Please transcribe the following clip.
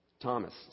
Thomas